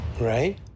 Right